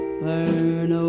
burn